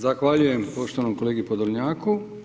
Zahvaljujem poštovanom kolegi Podolnjaku.